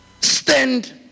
Stand